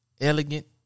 Elegant